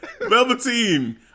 Velveteen